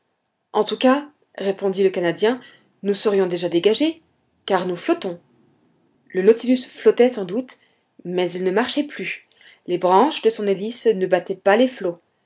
en tout cas répondit le canadien nous serions déjà dégagés car nous flottons le nautilus flottait sans doute mais il ne marchait plus les branches de son hélice ne battaient pas les flots